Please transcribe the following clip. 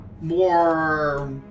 more